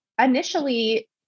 initially